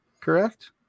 correct